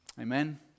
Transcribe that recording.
Amen